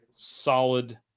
Solid